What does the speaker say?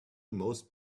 most